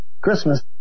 Christmas